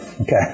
Okay